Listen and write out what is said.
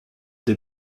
des